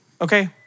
Okay